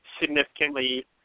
significantly